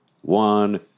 one